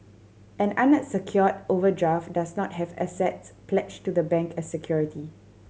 an overdraft does not have assets pledged to the bank as security